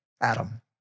Adam